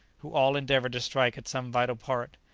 who all endeavoured to strike at some vital part.